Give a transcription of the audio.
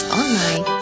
online